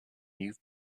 you’ve